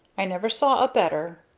i never saw a better.